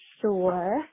sure